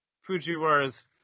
Fujiwara's